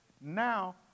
now